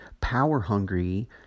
power-hungry